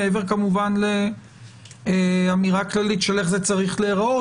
מעבר כמובן לאמירה כללית של איך זה צריך להיראות.